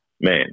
man